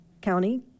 County